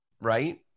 right